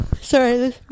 Sorry